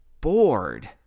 bored